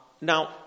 Now